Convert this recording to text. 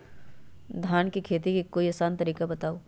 धान के खेती के कोई आसान तरिका बताउ?